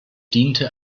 diente